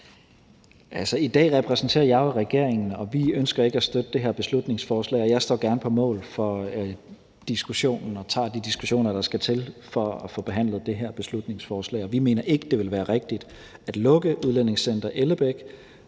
I dag repræsenterer jeg jo regeringen, og vi ønsker ikke at støtte det her beslutningsforslag. Jeg står gerne på mål i diskussionen og tager de diskussioner, der skal til, for at få behandlet det her beslutningsforslag. Og vi mener ikke, det ville være rigtigt at lukke Udlændingecenter Ellebæk